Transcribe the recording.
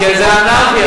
כי זה אנרכיה.